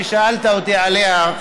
ששאלת אותי עליה,